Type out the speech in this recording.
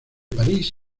parís